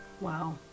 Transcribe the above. Wow